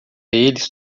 eles